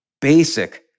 basic